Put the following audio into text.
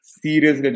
serious